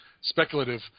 speculative